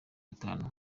itanu